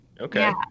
Okay